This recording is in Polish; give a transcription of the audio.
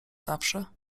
zawsze